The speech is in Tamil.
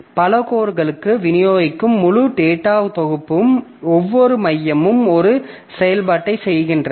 பல கோர்களுக்கு விநியோகிக்கும் முழு டேட்டாத் தொகுப்பும் ஒவ்வொரு மையமும் ஒரே செயல்பாட்டைச் செய்கின்றன